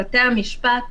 בתי המשפט,